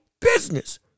business